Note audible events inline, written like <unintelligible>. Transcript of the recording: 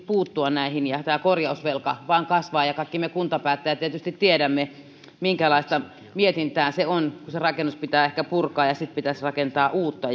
puuttua näihin ja tämä korjausvelka vain kasvaa kaikki me kuntapäättäjät tietysti tiedämme minkälaista mietintää se on kun se rakennus pitäisi ehkä purkaa ja ja sitten pitäisi rakentaa uutta <unintelligible>